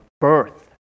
birth